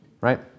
Right